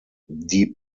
die